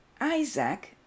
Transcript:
Isaac